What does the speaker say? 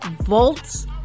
volts